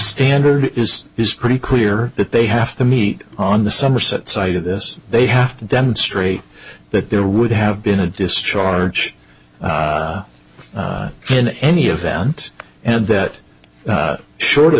standard is is pretty clear that they have to meet on the somerset side of this they have to demonstrate that there would have been a discharge in any event and that short